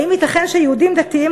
האם ייתכן שיהודים דתיים,